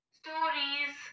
stories